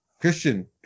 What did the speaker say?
christian